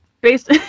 Based